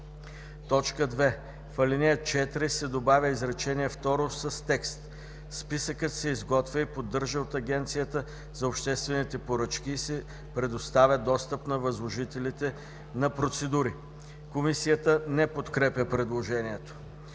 2. В ал. 4 се добавя изречение второ с текст: „Списъкът се изготвя и поддържа от Агенцията за обществените поръчки и се предоставя достъп на възложителите на процедури.” Комисията не подкрепя предложението.